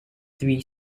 three